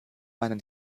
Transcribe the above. meinen